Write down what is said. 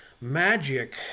magic